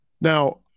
Now